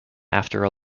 after